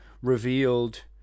revealed